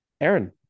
Aaron